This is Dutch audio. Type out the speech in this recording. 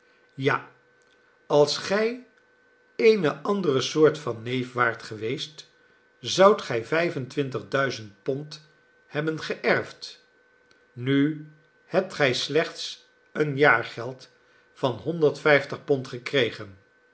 ja als gij eene andere soort van neef waart geweest zoudt gij vijf en twintig duizend pond hebben geerfd nu hebt gij slechts een jaargeld van honderd vijftig pond gekregen